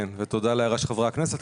כן, ותודה להערה של חברי הכנסת.